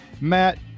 Matt